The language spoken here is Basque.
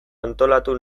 antolatu